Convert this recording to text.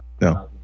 no